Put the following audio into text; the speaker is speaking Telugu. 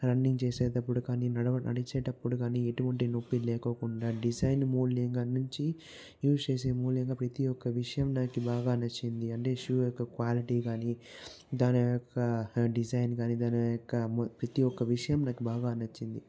రన్నింగ్ చేసేటప్పుడు కానీ నడవడి నడిచేటప్పుడు కానీ ఎటువంటి నొప్పి లేకుండా డిజైన్ మూల్యంగా నుంచి యూజ్ చేసే మూలంగా ప్రతి ఒక్క విషయం నాకు బాగా నచ్చింది అంటే షూ యొక్క క్వాలిటీ గాని దాని యొక్క డిజైన్ గాని దాని యొక్క ప్రతి ఒక విషయం నాకు బాగా నచ్చింది